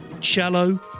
Cello